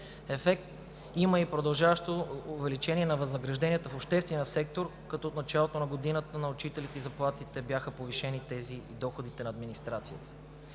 Ефект има и продължаващото увеличение на възнагражденията в обществения сектор, като от началото на годината заплатите на учителите бяха повишени, и доходите на администрацията.